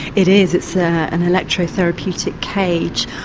it is, it's ah an electro-therapeutic cage,